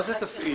מה זה תפעיל?